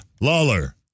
Lawler